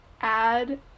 add